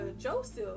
Joseph